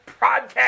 Podcast